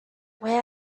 where